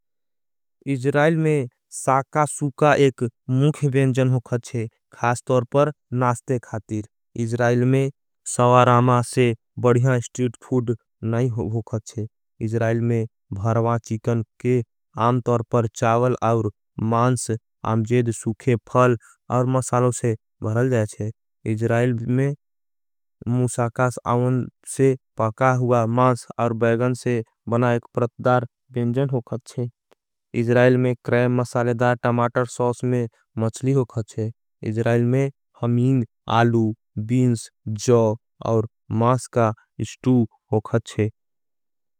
इजरायल में साका सूका एक मुख्य बेंजन हो खत छे। खास तोरपर नास्ते खातीर इजरायल में सवारामा से। बड़ियां स्ट्रीट फूड नहीं हो खत छे इजरायल में भर्मा। चीकन के आमतोर पर चावल और मांस आमजेद। सूखे फ़ल और मसालों से भरल जाय छे इजरायल में। मुसाकास आवन से पका हुआ मांस और बैगन से बना। एक प्रतदार बेंजन हो खत छे इजरायल में क्रेम मसाले। दा टमाटर सॉस में मचली हो खत छे जरायल में हमीन। आलू, बीन्स, जॉव और मास का स्टू हो खत छे।